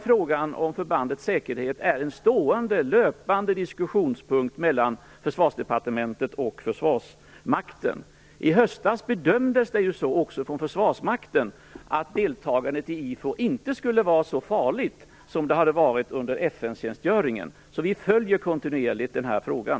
Frågan om förbandets säkerhet är ett stående inslag i diskussionen mellan Försvarsdepartementet och Försvarsmakten. I höstas bedömdes det så, också från Försvarsmaktens sida, att deltagandet i IFOR inte skulle vara så farligt som ett deltagande i FN-tjänstgöring hade varit. Vi följer kontinuerligt den här frågan.